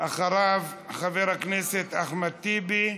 אחריו, חבר הכנסת אחמד טיבי,